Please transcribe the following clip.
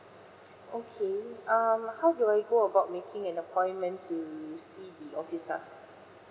okay um how do I go about making an appointment to see the officer